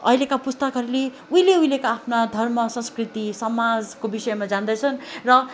अहिलेका पुस्ताकाहरूले उहिले उहिलेका आफ्ना धर्म संस्कृति समाजको विषयमा जान्दछन् र